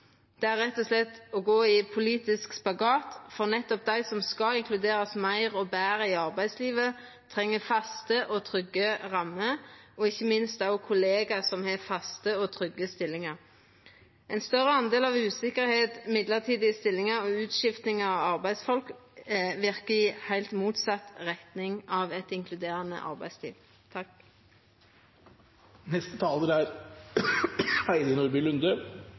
Det er rett og slett å gå i politisk spagat, for nettopp dei som skal inkluderast meir og betre i arbeidslivet, treng faste og trygge rammer og ikkje minst òg kollegaer som har faste og trygge stillingar. Ein større del av usikkerheit, mellombelse stillingar og utskifting av arbeidsfolk verkar i heilt motsett retning av eit inkluderande arbeidsliv.